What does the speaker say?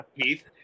Keith